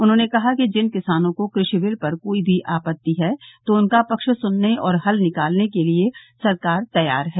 उन्होंने कहा कि जिन किसानों को कृषि बिल पर कोई भी आपत्ति है तो उनका पक्ष सुनने और हल निकालने के लिये सरकार तैयार है